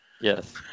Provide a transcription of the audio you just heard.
Yes